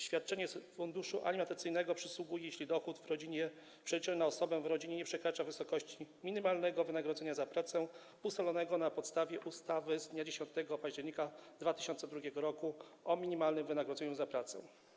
Świadczenie z funduszu alimentacyjnego przysługuje, jeśli dochód w rodzinie w przeliczeniu na osobę w rodzinie nie przekracza wysokości minimalnego wynagrodzenia za pracę ustalonego na podstawie ustawy z dnia 10 października 2002 r. o minimalnym wynagrodzeniu za pracę.